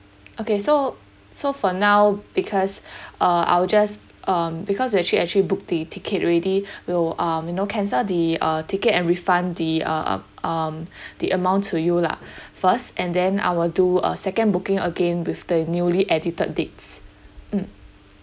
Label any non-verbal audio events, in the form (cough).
okay so so for now because (breath) uh I'll just um because we actually actually booked the ticket already (breath) we'll um you know cancel the uh ticket and refund the uh uh um (breath) the amount to you lah (breath) first and then I will do a second booking again with the newly edited dates mm